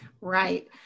Right